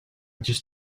just